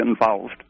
involved